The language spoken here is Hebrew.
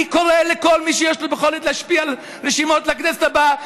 אני קורא לכל מי שיש לו יכולת להשפיע על הרשימות לכנסת הבאה: